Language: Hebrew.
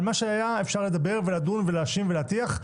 על מה שהיה אפשר לדון, להאשים ולהטיח.